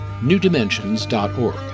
newdimensions.org